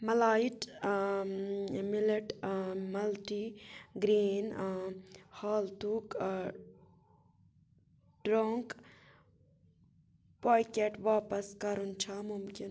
مَلایٹ مِلٮ۪ٹ multigrain حالتُک drink packet واپس کَرُن چھا مُمکِن